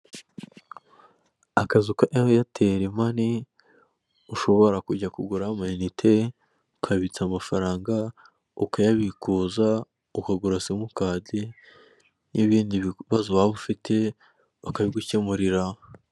Akazu ka eyateli mani ushobora kujya kuguramo amayinite, akabitsa amafaranga, ukayabikuza, ukagura simukadi, n'ibindi bibazo waba ufite bakabigukemurira.